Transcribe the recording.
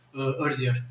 earlier